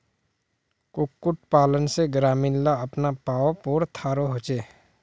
कुक्कुट पालन से ग्रामीण ला अपना पावँ पोर थारो होचे